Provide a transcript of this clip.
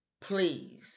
please